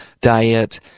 diet